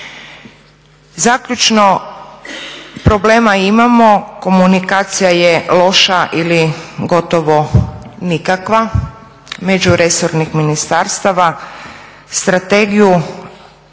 Zaključno, problema imamo, komunikacija je loša ili gotovo nikakva međuresornih ministarstava. Strategiju